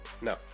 No